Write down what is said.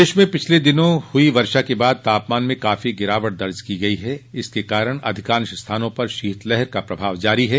प्रदेश में पिछले दिनों हुई वर्षा के बाद तापमान में काफी गिरावट दर्ज की गई इसके कारण अधिकांश स्थानों पर शीतलहर का प्रभाव जारी है